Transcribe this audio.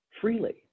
freely